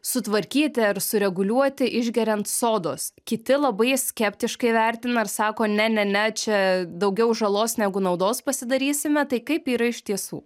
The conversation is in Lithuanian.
sutvarkyti ar sureguliuoti išgeriant sodos kiti labai skeptiškai vertina ir sako ne ne ne čia daugiau žalos negu naudos pasidarysime tai kaip yra iš tiesų